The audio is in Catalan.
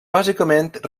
bàsicament